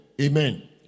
Amen